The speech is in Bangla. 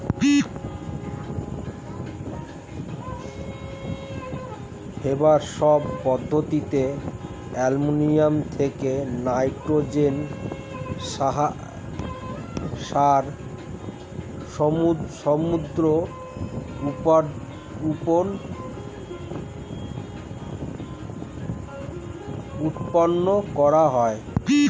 হেবার বস পদ্ধতিতে অ্যামোনিয়া থেকে নাইট্রোজেন সার সমূহ উৎপন্ন করা হয়